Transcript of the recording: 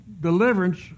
deliverance